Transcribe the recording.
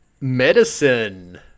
medicine